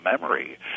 memory